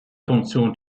funktion